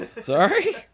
Sorry